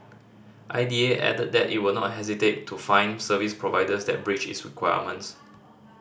I D A added that it will not hesitate to fine service providers that breach its requirements